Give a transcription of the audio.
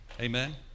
amen